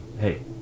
Hey